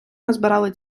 назбирали